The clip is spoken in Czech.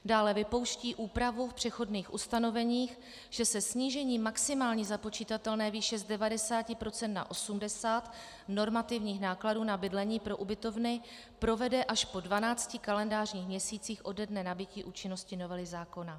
Dále vypouští úpravu v přechodných ustanoveních, že se snížení maximální započitatelné výše z 90 % na 80 % normativních nákladů na bydlení pro ubytovny provede až po 12 kalendářních měsících ode dne nabytí účinnosti novely zákona.